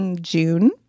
June